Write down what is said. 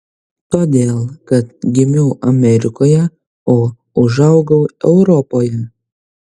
todėl kad gimiau amerikoje o užaugau europoje